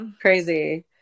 Crazy